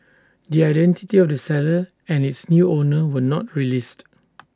the identity of the seller and its new owner were not released